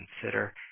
consider